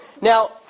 Now